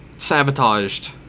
Sabotaged